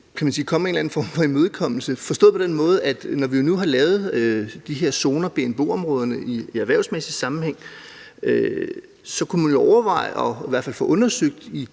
gerne komme med en eller en form for imødekommelse, forstået på den måde, at når vi nu har lavet de her zoner i BNBO-områderne i erhvervsmæssig sammenhæng, så kunne man jo overveje i det udvalgsarbejde,